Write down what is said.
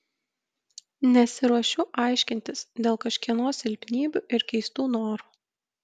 nesiruošiu aiškintis dėl kažkieno silpnybių ir keistų norų